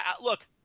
look